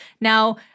Now